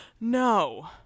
No